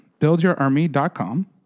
buildyourarmy.com